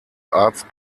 arzt